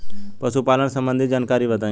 पशुपालन सबंधी जानकारी बताई?